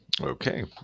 Okay